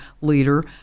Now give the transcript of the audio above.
leader